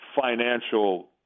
financial